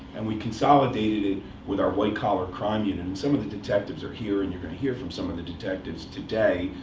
and we consolidated it with our white collar crime unit. and and some of the detectives are here, and you're going to hear from some of the detectives today,